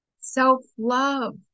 Self-love